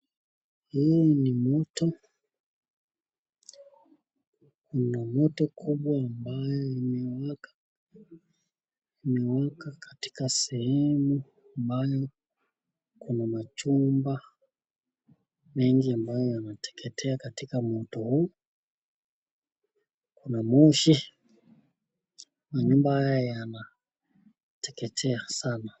Hii ni moto ,ni moto kubwa ambayo imewaka ,imewaka katika sehemu ambayo kuna machumba mengi ambayo yanateketea katika moto huu. Kuna moshi manyumba haya yanateketea sana.